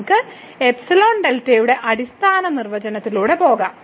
നമുക്ക് എപ്സിലോൺ ഡെൽറ്റയുടെ അടിസ്ഥാന നിർവചനത്തിലൂടെ പോകാം